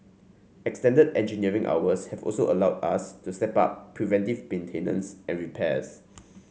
extended engineering hours have also allowed us to step up preventive maintenance and repairs